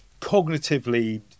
cognitively